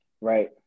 Right